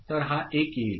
तर हा 1 येईल